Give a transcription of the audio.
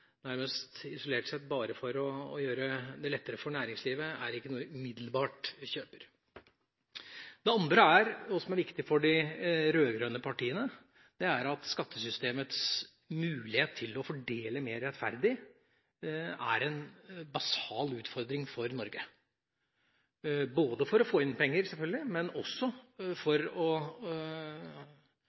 nærmest – isolert sett – for å gjøre det lettere for næringslivet, er ikke noe jeg umiddelbart kjøper. Det andre argumentet, som er viktig for de rød-grønne partiene, er at skattesystemets mulighet til å fordele mer rettferdig er en basal utfordring for Norge – for å få inn penger, selvfølgelig, men også for å